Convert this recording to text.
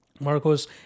Marcos